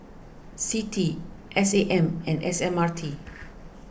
Citi S A M and S M R T